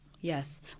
Yes